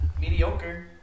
Mediocre